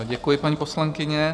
Děkuji, paní poslankyně.